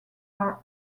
are